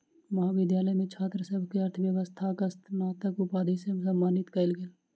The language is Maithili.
महाविद्यालय मे छात्र सभ के अर्थव्यवस्थाक स्नातक उपाधि सॅ सम्मानित कयल गेल